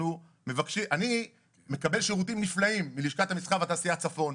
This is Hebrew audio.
אני מקבל שירותים נפלאים מלשכת התעשייה והמסחר צפון.